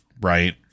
Right